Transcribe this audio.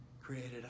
created